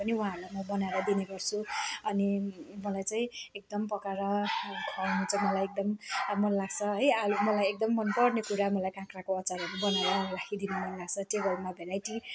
उहाँहरूलाई म बनाएर दिने गर्छु अनि मलाई चाहिँ एकदम पकाएर खुवाउनु चाहिँ मलाई एकदम मन लाग्छ है आलु मलाई एकदम मनपर्ने कुरा मलाई काँक्राको अचारहरू बनाएर राखिदिनु मन लाग्छ टेबलमा भेराइटी